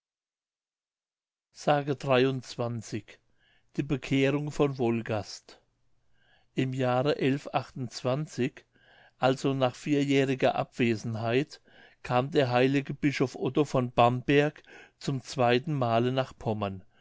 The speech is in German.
s die bekehrung von wolgast im jahre also nach vierjähriger abwesenheit kam der heilige bischof otto von bamberg zum zweiten male nach pommern